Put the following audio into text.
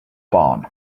barn